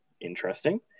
interesting